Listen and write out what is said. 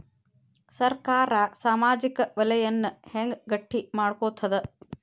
ಸರ್ಕಾರಾ ಸಾಮಾಜಿಕ ವಲಯನ್ನ ಹೆಂಗ್ ಗಟ್ಟಿ ಮಾಡ್ಕೋತದ?